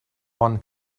one